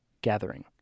Gathering